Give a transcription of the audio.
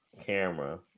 camera